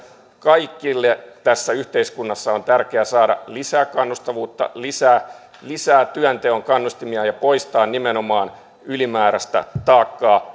kaikille tässä yhteiskunnassa on tärkeää saada lisää kannustavuutta lisää lisää työnteon kannustimia ja poistaa nimenomaan ylimääräistä taakkaa